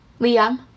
Liam